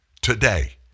today